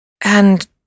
And